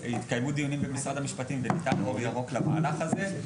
התקיימו דיונים במשרד המשפטים וניתן אור ירוק למהלך הזה.